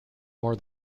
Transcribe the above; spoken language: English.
more